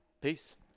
Peace